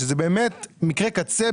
שזה באמת מקרה קצה,